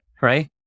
Right